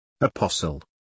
Apostle